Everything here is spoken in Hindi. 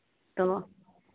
तो